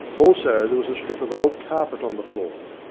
also there was a strip of old carpet on the floor.